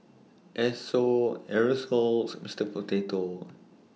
Esso Aerosoles Mister Potato